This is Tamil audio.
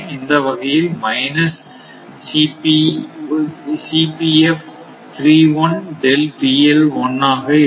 இந்த வகையில் மைனஸ் ஆக இருக்கும்